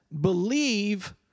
believe